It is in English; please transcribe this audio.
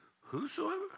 Whosoever